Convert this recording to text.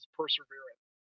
perseverance